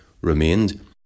remained